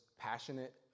passionate